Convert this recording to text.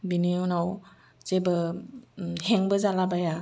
बेनि उनाव जेबो हें बो जाला बाया